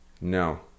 No